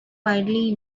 wildly